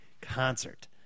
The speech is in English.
concert